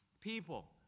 people